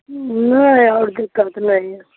नहि आओर दिक्कत नहि हइ